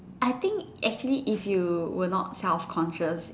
I think actually if you're not self conscious